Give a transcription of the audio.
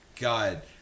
God